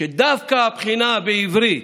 שדווקא הבחינה בעברית